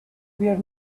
were